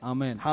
Amen